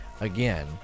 again